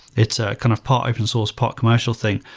it's a kind of part open-source, part commercial thing.